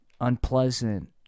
Unpleasant